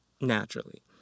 Naturally